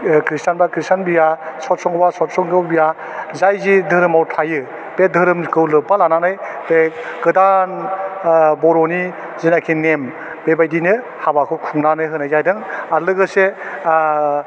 ओह ख्रिष्टानबा ख्रिष्टान बिया सतशंघ बा सतशंघ बिया जाय जि दोहोरोमाव थायो बे दोहोरोमखौ लोब्बा लानानै बे गोदान ओह बर'नि जिनाखि नेम बेबायदिनो हाबाखौ खुंनानै होनाय जादों आर लोगोसे आह